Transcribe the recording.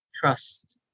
Trust